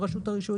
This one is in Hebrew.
לרשות הרישוי,